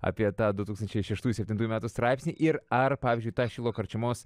apie tą du tūkstančiai šeštųjų septintųjų metų straipsnį ir ar pavyzdžiui tą šilo karčiamos